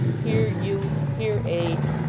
here youth, here age,